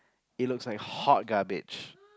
it looks like hot garbage